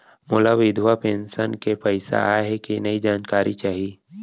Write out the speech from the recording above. मोला विधवा पेंशन के पइसा आय हे कि नई जानकारी चाही?